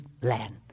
land